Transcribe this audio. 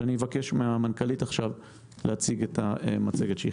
אבקש ממנכ"לית המשרד להציג את המצגת.